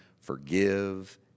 forgive